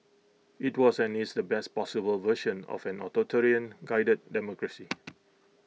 IT was and is the best possible version of an authoritarian guided democracy